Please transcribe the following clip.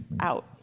out